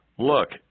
Look